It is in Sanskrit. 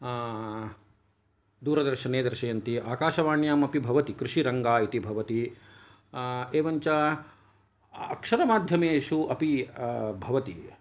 दूरदर्शने दर्शयन्ति आकाशवाण्यामपि भवति कृषिरङ्गा इति भवति एवञ्च अक्षरमाध्यमेषु अपि भवति